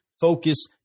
focus